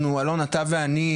אתה ואני,